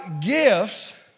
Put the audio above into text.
gifts